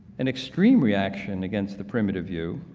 an extreme reaction against the primitive view,